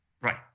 Right